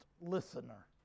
listener